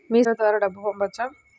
మీసేవ ద్వారా డబ్బు పంపవచ్చా?